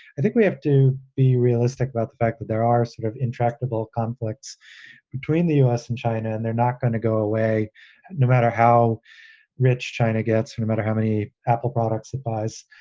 i think we have to be realistic about the fact that there are sort of intractable conflicts between the us and china and they're not going to go away no matter how rich china gets, no matter how many apple products it buys